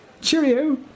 cheerio